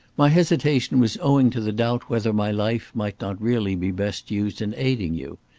my hesitation was owing to the doubt whether my life might not really be best used in aiding you.